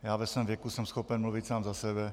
Já ve svém věku jsem schopen mluvit sám za sebe.